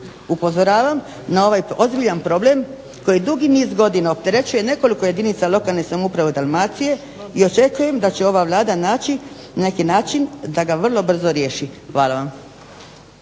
Upozoravam na ovaj ozbiljan problem koji dugi niz godina opterećuje nekoliko jedinica lokalne samouprave Dalmacije i očekujem da će ova Vlada naći neki način da ga vrlo brzo riješi. Hvala vam.